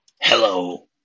hello